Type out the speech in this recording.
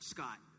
Scott